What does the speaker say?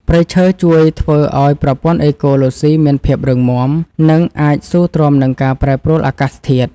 ព្រៃឈើជួយធ្វើឱ្យប្រព័ន្ធអេកូឡូស៊ីមានភាពរឹងមាំ និងអាចស៊ូទ្រាំនឹងការប្រែប្រួលអាកាសធាតុ។